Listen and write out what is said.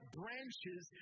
branches